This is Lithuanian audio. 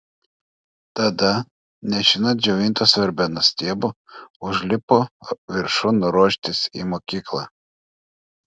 tada nešina džiovintos verbenos stiebu užlipo viršun ruoštis į mokyklą